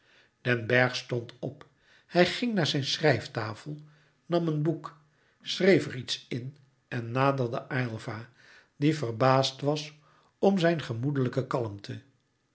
den bergh stond op hij ging naar zijn schrijftafel nam een boek schreef er iets in en naderde aylva die verbaasd was om zijn gemoedelijke kalmte